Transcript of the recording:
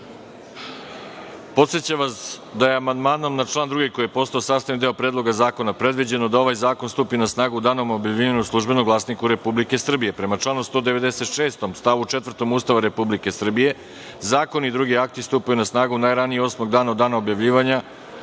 amandman. Podsećam vas da je amandmanom na član 2, koji je postao sastavni deo Predloga zakona, predviđeno da ovaj zakon stupi na snagu danom objavljivanja u „Službenom glasniku Republike Srbije“.Prema članu 196. stav 4. Ustava Republike Srbije zakoni i drugi akti stupaju na snagu najranije osmog dana od dana